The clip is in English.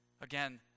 Again